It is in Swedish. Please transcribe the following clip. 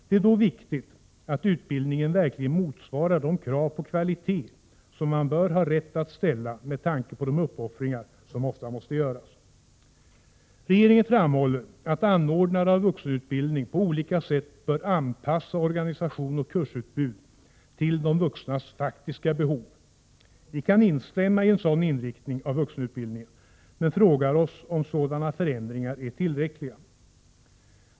Det är då viktigt att utbildningen verkligen motsvarar de krav på kvalitet som man bör ha rätt att ställa, med tanke på de uppoffringar som ofta måste göras. Regeringen framhåller att anordnare av vuxenutbildning på olika sätt bör anpassa organisation och kursutbud till de vuxnas faktiska behov. Vi kan instämma i en sådan inriktning av vuxenutbildningen, men frågar oss om sådana förändringar är tillräckliga.